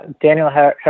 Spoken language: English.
Daniel